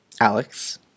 Alex